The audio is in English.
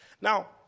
Now